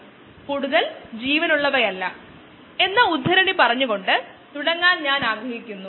ഒരു പ്രത്യേക ലക്ഷ്യത്തിനായി എത്ര നേരം ഒരു ബയോ റിയാക്ടർ പ്രവർത്തിപ്പികണം